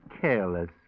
careless